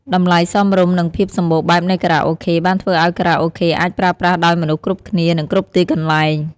តម្លៃសមរម្យ និងភាពសម្បូរបែបនៃខារ៉ាអូខេ បានធ្វើឱ្យខារ៉ាអូខេអាចប្រើប្រាស់ដោយមនុស្សគ្រប់គ្នា និងគ្រប់ទីកន្លែង។